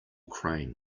crane